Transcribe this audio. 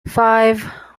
five